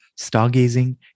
stargazing